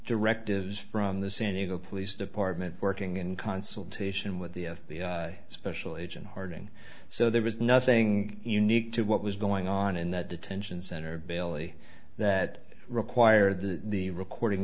directives from the san diego police department working in consul to ation with the f b i special agent harding so there was nothing unique to what was going on in that detention center bailey that require that the recording